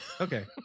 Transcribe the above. Okay